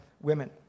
women